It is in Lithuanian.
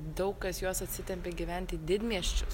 daug kas juos atsitempė gyvent į didmiesčius